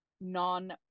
non